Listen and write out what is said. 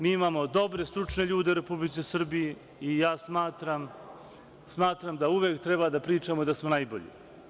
Mi imamo dobre stručne ljude u Republici Srbiji i ja smatram da uvek treba da pričamo da smo najbolji.